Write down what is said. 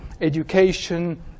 education